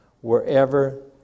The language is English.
wherever